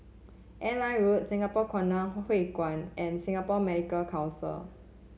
Airline Road Singapore Hui Kuan and Singapore Medical Council